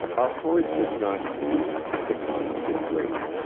our heart does not beat at the constant rate,